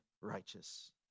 righteous